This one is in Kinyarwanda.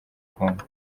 congo